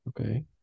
okay